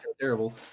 terrible